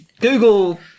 Google